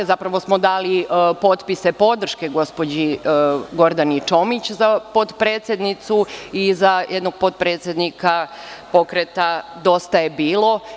Zapravo smo dali potpise podrške gospođi Gordani Čomić za potpredsednicu i za jednog potpredsednika Pokreta „Dosta je bilo“